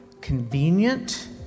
convenient